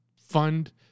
fund